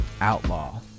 outlaw